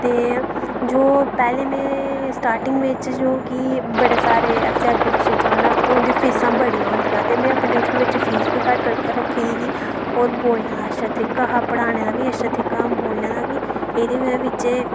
जो में पैह्लें स्टार्टिंग बिच्च जो कि असें अग्गैं पिच्छें जाना उंदी फीसां बड़ियां होंदियां हां ते में अपनी टयूशन बिच्च फीस बी बड़े घट्ट रक्खी दी ही और बोलने दा अच्चा तरीका हा पढ़ाने दा और बोलने दा बी एह्दी बजाह् पिच्छें